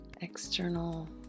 external